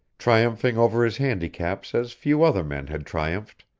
triumphing over his handicaps as few other men had triumphed,